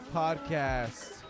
podcast